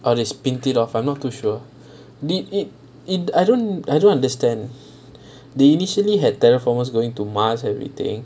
oh there spin it off I'm not too sure did it it I don't I don't understand the initially had terra formars going to mars everything